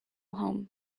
home